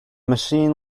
machine